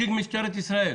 נציג משטרת ישראל,